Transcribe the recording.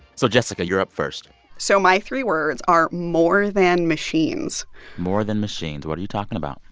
so jessica, you're up first so my three words are more than machines more than machines what are you talking about?